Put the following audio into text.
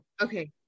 Okay